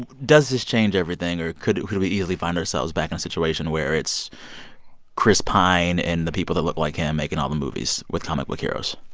and does this change everything or could could we easily find ourselves back in a situation where it's chris pine and the people that look like him making all the movies with comic book heroes?